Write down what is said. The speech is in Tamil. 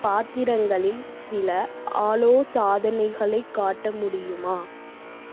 பாத்திரங்களில் சில ஆலோசாதனைகளைக் காட்ட முடியுமா